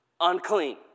unclean